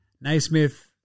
Naismith